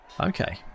Okay